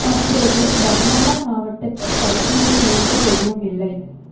தற்போது பர்னாலா மாவட்டத்தில் தடுப்பூசி மையங்கள் எதுவும் இல்லை